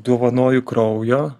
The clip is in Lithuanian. dovanoju kraujo